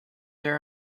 there